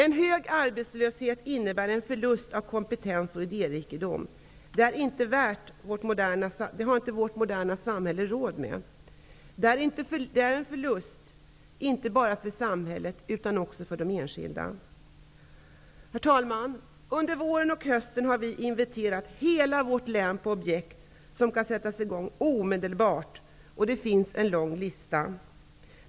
En hög arbetslöshet innebär en förlust av kompetens och idérikedom. Det har vårt moderna samhälle inte råd med. Det är en förlust, inte bara för samhället, utan även för de enskilda. Herr talman! Under våren och hösten har vi socialdemokrater inventerat hela vårt län på objekt som omedelbart kan sättas i gång. Listan är lång.